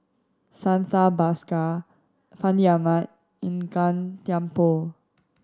Santha Bhaskar Fandi Ahmad and Gan Thiam Poh